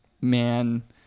man